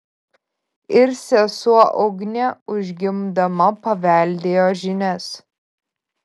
ir sesuo ugnė užgimdama paveldėjo žinias